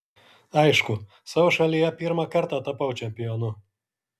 aišku savo šalyje pirmą kartą tapau čempionu